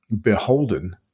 beholden